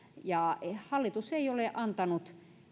hallitus ei ole antanut